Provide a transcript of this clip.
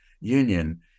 Union